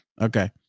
Okay